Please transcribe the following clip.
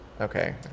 Okay